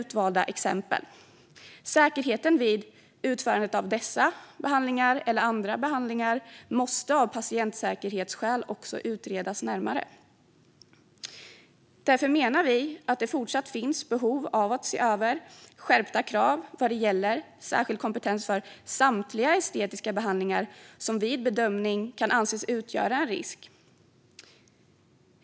Säkerheten vid utförandet av dessa eller andra behandlingar måste av patientsäkerhetsskäl utredas närmare. Därför menar vi att det fortfarande finns behov av att se över skärpta krav vad gäller särskild kompetens för samtliga estetiska behandlingar som vid bedömning kan anses utgöra en risk.